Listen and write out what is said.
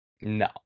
No